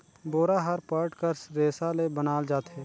बोरा हर पट कर रेसा ले बनाल जाथे